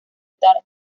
tal